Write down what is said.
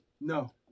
No